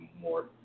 more